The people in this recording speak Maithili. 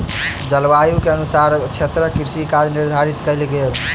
जलवायु के अनुसारे क्षेत्रक कृषि काज निर्धारित कयल गेल